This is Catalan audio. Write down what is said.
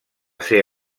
ser